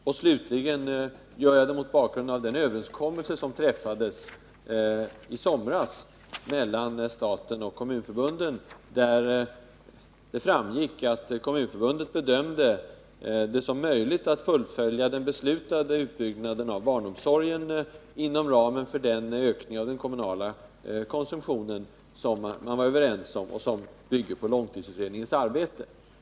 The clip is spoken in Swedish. Dessutom gör jag det mot bakgrund av den överenskommelse som träffades i somras mellan staten och Kommunförbundet, där det framgick att Kommunförbundet bedömde det som möjligt att fullfölja den beslutade utbyggnaden av barnomsorgen inom ramen för den ökning av den kommunala konsumtionen som man var överens om och som bygger på långtidsutredningens arbete.